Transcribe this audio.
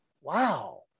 wow